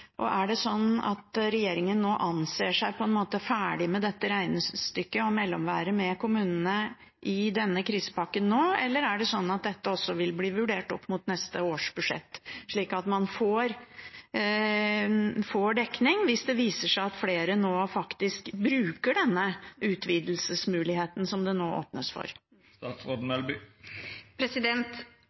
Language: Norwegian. Er det slik at regjeringen nå på en måte anser seg ferdig med dette regnestykket og mellomværende med kommunene i denne krisepakken, eller vil dette også bli vurdert opp mot neste års budsjett, slik at man får dekning hvis det viser seg at flere nå faktisk bruker denne utvidelsesmuligheten som det nå åpnes for?